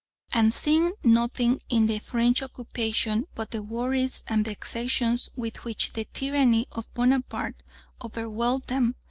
and seeing nothing in the french occupation but the worries and vexations with which the tyranny of bonaparte overwhelmed them,